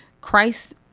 Christ